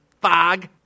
fog